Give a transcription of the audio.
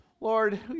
Lord